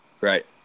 Right